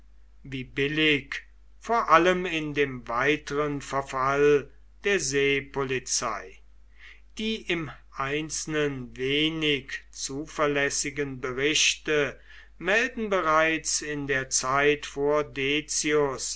wie billig vor allem in dem weiteren verfall der seepolizei die im einzelnen wenig zuverlässigen berichte melden bereits in der zeit vor